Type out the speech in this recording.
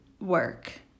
work